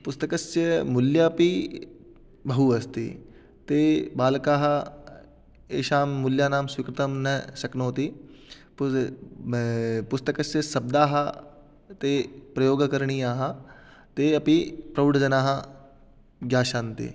पुस्तकस्य मूल्यमपि बहु अस्ति ते बालकाः एषां मूल्यानां स्वीकृतं न शक्नोति पुस्तकस्य शब्दाः ते प्रयोगकरणीयाः ते अपि प्रौढजनाः ज्ञास्यन्ति